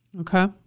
Okay